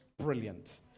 Brilliant